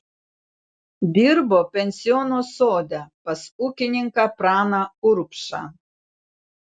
dirbo pensiono sode pas ūkininką praną urbšą